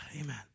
Amen